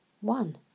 one